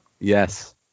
Yes